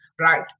right